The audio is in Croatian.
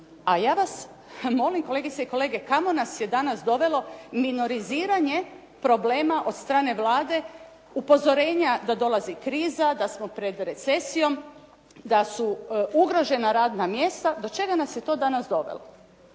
A ja vas molim kolegice i kolege, kamo nas je danas dovelo minoriziranje problema od strane Vlade, upozorenja da dolazi kriza, da smo pred recesijom, da su ugrožena radna mjesta, do čega nas je to danas dovelo?